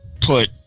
put